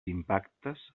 impactes